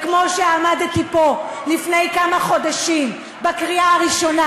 כמו שעמדתי פה לפני כמה חודשים בקריאה הראשונה